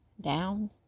down